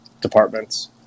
departments